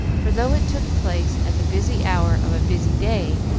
for, though it took place at the busy hour of a busy day,